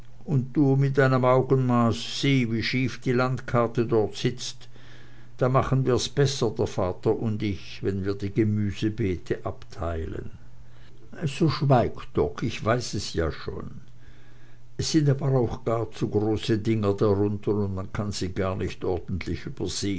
und du mit deinem augenmaß sieh wie schief die landkarte dort sitzt da machen wir's besser der vater und ich wenn wir die gemüsebeete abteilen so schweig doch ich weiß es ja schon es sind aber auch gar zu große dinger darunter man kann sie gar nicht ordentlich übersehen